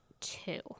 Two